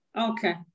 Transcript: Okay